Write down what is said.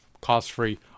cost-free